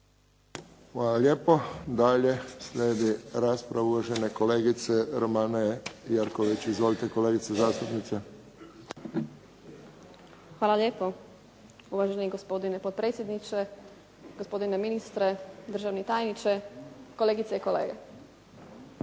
Hvala lijepo. Dalje slijedi rasprava uvažene kolegice Romane Jerković. Izvolite kolegice zastupnice. **Jerković, Romana (SDP)** Hvala lijepo uvaženi gospodine potpredsjedniče, gospodine ministre, državni tajniče, kolegice i kolege. Pa